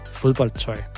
fodboldtøj